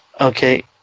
Okay